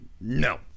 No